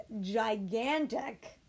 gigantic